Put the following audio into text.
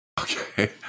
Okay